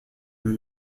new